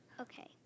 Okay